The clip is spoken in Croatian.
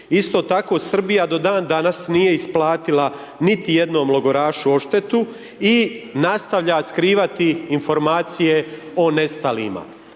Isto tako, Srbija do dan danas nije isplatila niti jednom logorašu odštetu i nastavlja skrivati informacije o nestalima